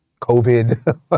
COVID